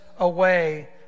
Away